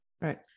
Right